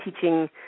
teaching